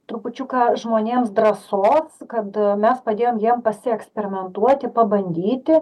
trupučiuką žmonėms drąsos kad mes padėjom jiem pasieksperimentuoti pabandyti